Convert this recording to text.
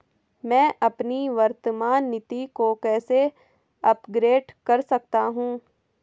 मैं अपनी वर्तमान नीति को कैसे अपग्रेड कर सकता हूँ?